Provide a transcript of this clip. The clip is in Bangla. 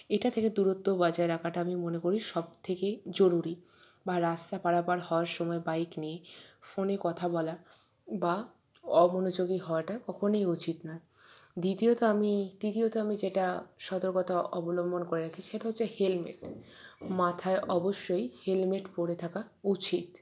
এটা থেকে দূরত্ব বজায় রাখাটা আমি মনে করি সবথেকে জরুরি বা রাস্তা পারাপার হওয়ার সময় বাইক নিয়ে ফোনে কথা বলা বা অমনোযোগী হওয়াটা কখনোই উচিত না দ্বিতীয়ত আমি তৃতীয়ত আমি যেটা সতর্কতা অবলম্বন করে রাখি সেটা হচ্ছে হেলমেট মাথায় অবশ্যই হেলমেট পরে থাকা উচিত